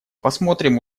посмотрим